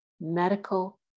medical